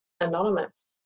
anonymous